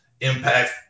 impact